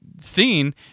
seen